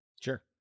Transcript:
Sure